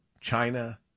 China